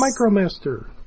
Micromaster